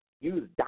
use